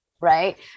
Right